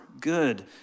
good